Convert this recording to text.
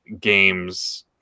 games